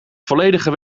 volledige